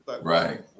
Right